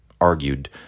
argued